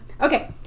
Okay